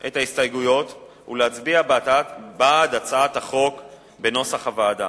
את ההסתייגויות ולהצביע בעד הצעת החוק בנוסח הוועדה.